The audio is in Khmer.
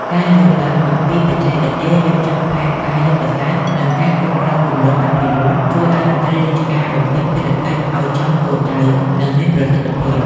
ការយល់ដឹងអំពីបច្ចេកទេសរៀបចំផែនការយុទ្ធសាស្ត្រ និងការគ្រប់គ្រងគម្រោងអភិវឌ្ឍន៍ ជួយឱ្យមន្ត្រីអាចបំពេញភារកិច្ចឱ្យចំគោលដៅ និងមានប្រសិទ្ធភាព។